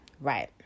Right